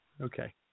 Okay